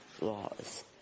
laws